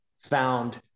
found